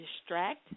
distract